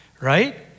right